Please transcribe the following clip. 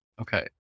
Okay